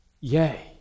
Yea